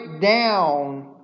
down